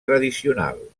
tradicional